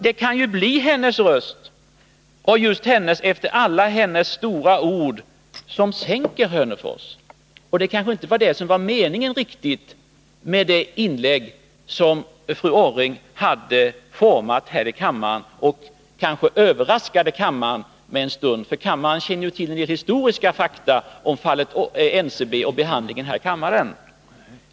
Det kan ju bli hennes röst, efter alla hennes stora ord, som sänker Hörnefors. Det kanske inte riktigt var det som var meningen med det inlägg som fru Orring gjorde. Hennes inlägg överraskade nog kammaren — för kammaren har ju kännedom om en del historiska fakta när det gäller fallet NCB och dess behandling här i riksdagen.